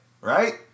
right